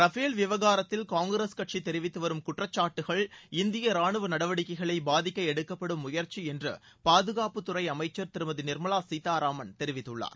Rafale விவகாரத்தில் காங்கிரஸ் கட்சி தெரிவித்து வரும் குற்றச்சாட்டுகள் இந்திய ரானுவ நடவடிக்கைகளை பாதிக்க எடுக்கப்படும் முயற்சி என்று பாதுனப்புத்துறை அமைச்சர் திருமதி நிாமலா சீதாராமன் தெரிவித்துள்ளார்